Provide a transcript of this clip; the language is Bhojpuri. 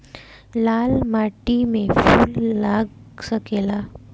लाल माटी में फूल लाग सकेला?